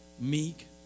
meek